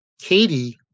Katie